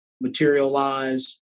materialize